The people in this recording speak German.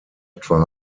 etwa